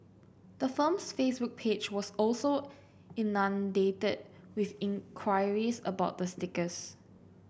the firm's Facebook page was also inundated with in queries about the stickers